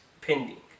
pending